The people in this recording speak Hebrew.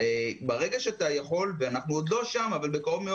ברגע שאתה יכול ואנחנו עוד לא שם אבל בקרוב מאוד